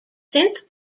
since